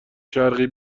شرقی